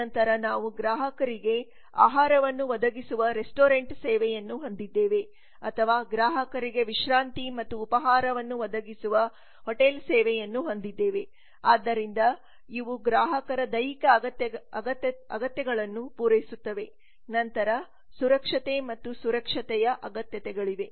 ನಂತರ ನಾವು ಗ್ರಾಹಕರಿಗೆ ಆಹಾರವನ್ನು ಒದಗಿಸುವ ರೆಸ್ಟೋರೆಂಟ್ ಸೇವೆಯನ್ನು ಹೊಂದಿದ್ದೇವೆ ಅಥವಾ ಗ್ರಾಹಕರಿಗೆ ವಿಶ್ರಾಂತಿ ಮತ್ತು ಉಪಾಹಾರವನ್ನು ಒದಗಿಸುವ ಹೋಟೆಲ್ ಸೇವೆಯನ್ನು ಹೊಂದಿದ್ದೇವೆ ಆದ್ದರಿಂದ ಇವು ಗ್ರಾಹಕರ ದೈಹಿಕ ಅಗತ್ಯಗಳನ್ನು ಪೂರೈಸುತ್ತವೆ ನಂತರ ಸುರಕ್ಷತೆ ಮತ್ತು ಸುರಕ್ಷತೆಯ ಅಗತ್ಯತೆಗಳಿವೆ